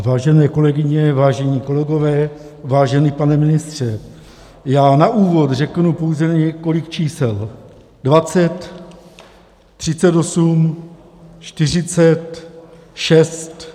Vážené kolegyně, vážení kolegové, vážený pane ministře, na úvod řeknu pouze několik čísel: 20, 38, 40, 6.